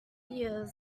years